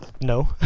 No